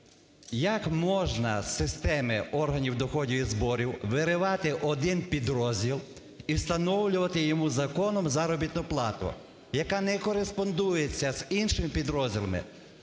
Як можна з системи органів доходів і зборів виривати один підрозділ і встановлювати йому законом заробітну плату, яка не кореспондується з іншими підрозділами?